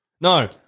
No